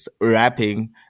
rapping